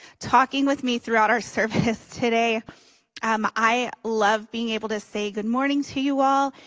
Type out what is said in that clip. talking with me throughout our service today um i love being able to say good morning to you all.